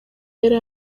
yari